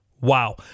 Wow